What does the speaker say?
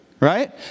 Right